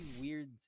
weird